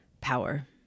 Power